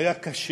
זה היה קשה.